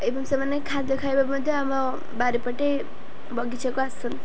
ଏବଂ ସେମାନେ ଖାଦ୍ୟ ଖାଇବା ମଧ୍ୟ ଆମ ବାରିପଟେ ବଗିଚାକୁ ଆସନ୍ତି